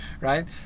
right